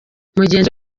mugenzi